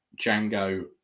Django